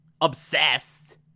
Obsessed